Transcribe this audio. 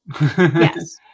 Yes